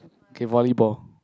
okay volleyball